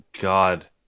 God